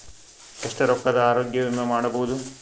ಎಷ್ಟ ರೊಕ್ಕದ ಆರೋಗ್ಯ ವಿಮಾ ಮಾಡಬಹುದು?